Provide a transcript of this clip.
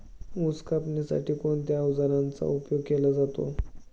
ऊस कापण्यासाठी कोणत्या अवजारांचा उपयोग केला जातो?